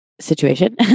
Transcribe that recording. situation